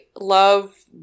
love